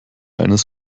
eines